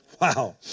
Wow